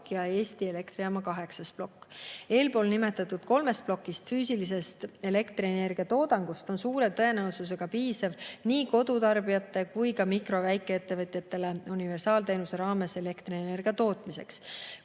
ja Eesti Elektrijaama 8. plokk. Eespool nimetatud kolme ploki füüsilisest elektrienergiatoodangust suure tõenäosusega piisab nii kodutarbijatele kui ka mikro‑ ja väikeettevõtjatele universaalteenuse raames elektrienergia tootmiseks.